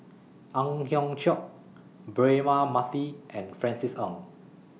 Ang Hiong Chiok Braema Mathi and Francis Ng